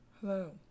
Hello